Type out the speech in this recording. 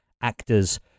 actors